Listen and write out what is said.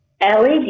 LED